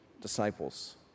disciples